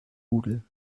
rudel